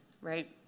right